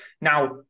Now